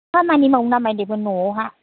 खामानि मावनो नामायदोंमोन न'आवहाय